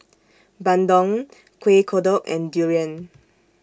Bandung Kuih Kodok and Durian